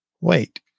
Wait